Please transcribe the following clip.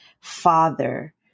father